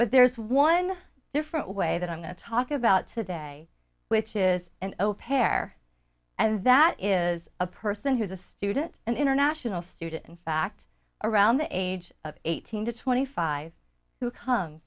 but there's one different way that i'm not talking about today which is an opaque air and that is a person who is a student an international student in fact around the age of eighteen to twenty five who come